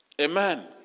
Amen